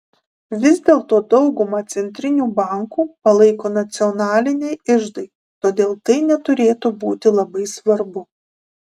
vis dėlto daugumą centrinių bankų palaiko nacionaliniai iždai todėl tai neturėtų būti labai svarbu